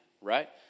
right